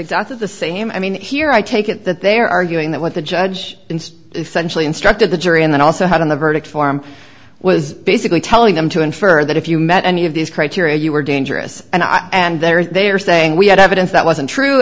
exactly the same i mean here i take it that they are arguing that what the judge instead is centrally instructed the jury and then also had in the verdict form was basically telling them to infer that if you met any of these criteria you were dangerous and i and there they are saying we had evidence that wasn't true